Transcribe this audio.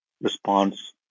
response